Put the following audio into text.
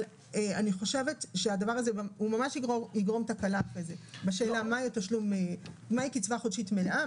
אני חושבת שזה יגרום תקלה אחרי זה בשאלה מה היא קצבה חודשית מלאה,